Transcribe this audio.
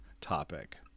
topic